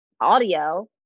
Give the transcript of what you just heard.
audio